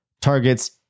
targets